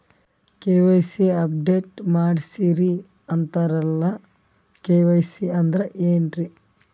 KYC update ಮಾಡಸ್ರೀ ಅಂತರಲ್ಲ KYC ಅಂದ್ರ ಏನ್ರೀ?